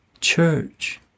Church